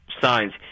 signs